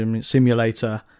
Simulator